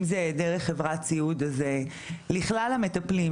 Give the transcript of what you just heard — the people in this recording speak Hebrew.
אם זה דרך חברת סיעוד אז זה לכלל המטפלים,